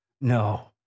no